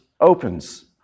opens